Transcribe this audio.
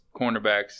cornerbacks